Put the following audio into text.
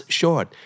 short